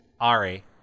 Ari